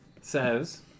says